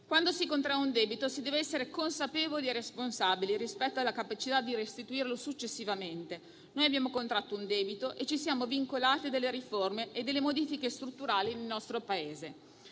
Quando si contrae un debito si deve essere consapevoli e responsabili rispetto alla capacità di restituirlo successivamente. Noi abbiamo contratto un debito e ci siamo vincolati a delle riforme e a delle modifiche strutturali nel nostro Paese.